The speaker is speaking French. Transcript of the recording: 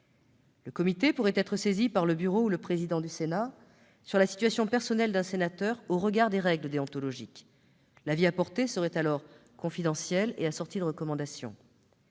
Le comité pourrait être saisi par le bureau ou le président du Sénat de la situation personnelle d'un sénateur au regard des règles déontologiques. L'avis rendu serait alors confidentiel et assorti de recommandations.